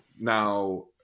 now